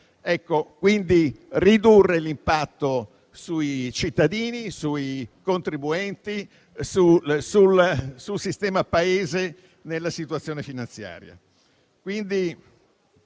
quindi ridurre l'impatto sui cittadini, sui contribuenti e sul sistema Paese nella situazione finanziaria.